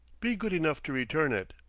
be good enough to return it.